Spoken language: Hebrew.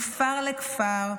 מכפר לכפר,